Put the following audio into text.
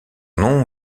nom